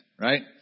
right